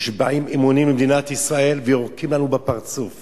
נשבעים אמונים למדינת ישראל ויורקים עלינו בפרצוף